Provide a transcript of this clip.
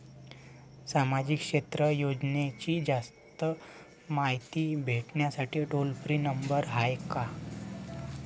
सामाजिक क्षेत्र योजनेची जास्त मायती भेटासाठी टोल फ्री नंबर हाय का?